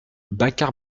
bacar